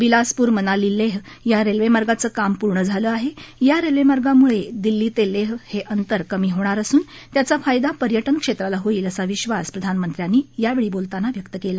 बिलासपूर मनाली लेह या रेल्वेमार्गाचं काम पूर्ण झालं आहे या रेल्वेमार्गामुळे दिल्ली ते लेह हे अंतर कमी होणार असून याचा फायदा पर्यटन क्षेत्राला होईल असा विश्वास प्रधानमंत्र्यांनी यावेळी बोलताना व्यक्त केला